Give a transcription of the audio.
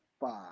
five